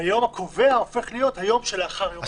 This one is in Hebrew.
והיום הקובע הופך להיות היום שלאחר יום ההתפזרות.